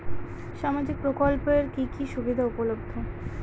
সামাজিক প্রকল্প এর কি কি সুবিধা উপলব্ধ?